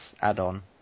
add-on